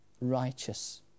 righteous